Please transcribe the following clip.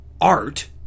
art